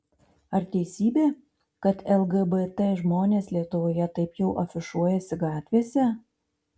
ar teisybė kad lgbt žmonės lietuvoje taip jau afišuojasi gatvėse